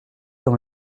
dans